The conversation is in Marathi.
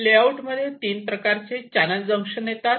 लेआउट मध्ये तीन प्रकारचे चॅनल जंक्शन येतात